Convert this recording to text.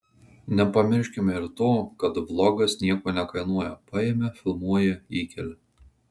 nepamirškime ir to kad vlogas nieko nekainuoja paimi filmuoji įkeli